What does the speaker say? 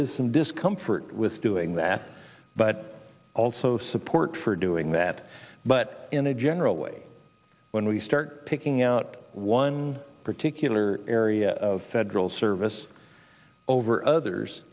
is some discomfort with doing that but also support for doing that but in a general way when we start picking out one particular area of drill service over others